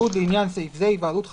(י)לעניין סעיף זה, "היוועדות חזותית"